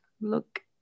look